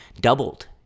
doubled